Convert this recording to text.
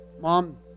Mom